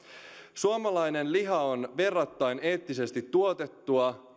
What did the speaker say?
suomalainen liha on verrattain eettisesti tuotettua